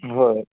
ꯎꯝ ꯍꯣꯏ